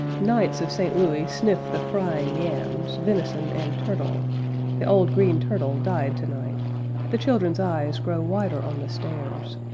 knights of st. louis sniff the frying yams, venison, and turtle the old green turtle died tonight the children's eyes grow wider on the stairs.